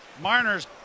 Marner's